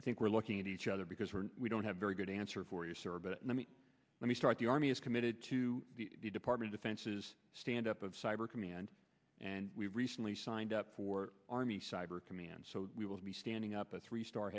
i think we're looking at each other because we're we don't have very good answer for you sir but let me let me start the army is committed to the department defenses stand up of cyber command and we recently signed up for army cyber command so we will be standing up a three star